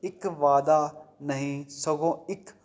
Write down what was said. ਇੱਕ ਵਾਅਦਾ ਨਹੀਂ ਸਗੋਂ ਇੱਕ